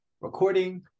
recording